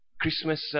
Christmas